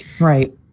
Right